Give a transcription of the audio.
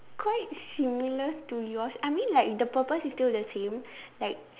quite similar to yours I mean like the purpose is still the same like